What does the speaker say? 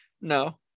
No